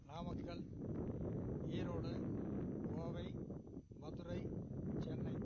Namakkal Erode Kovai Madurai Chennai